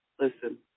Listen